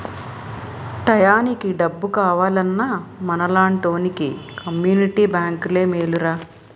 టయానికి డబ్బు కావాలన్నా మనలాంటోలికి కమ్మునిటీ బేంకులే మేలురా